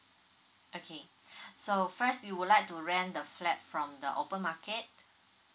okay so first you would like to rent the flat from the open market